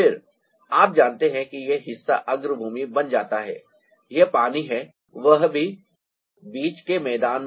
फिर आप जानते हैं कि यह हिस्सा अग्रभूमि बन जाता है यह पानी है वह भी बीच के मैदान में